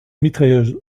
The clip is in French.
mitrailleuse